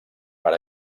per